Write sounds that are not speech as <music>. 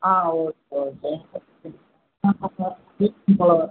ah okay sir <unintelligible>